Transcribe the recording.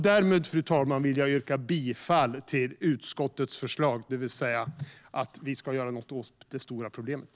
Därmed, fru talman, yrkar jag bifall till utskottets förslag, det vill säga att vi ska göra något åt det stora problemet.